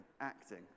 acting